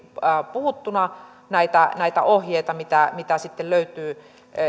puhuttuna näitä näitä ohjeita mitä mitä sitten löytyy